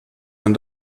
man